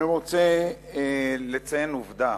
אני רוצה לציין עובדה